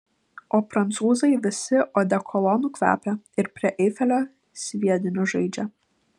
o prancūzai visi odekolonu kvepia ir prie eifelio sviediniu žaidžia